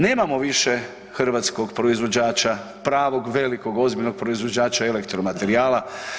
Nemamo više hrvatskog proizvođača pravog, velikog, ozbiljnog proizvođača elektro-materijala.